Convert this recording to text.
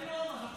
הוא רוצה לנאום.